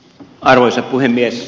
arvoisa puhemies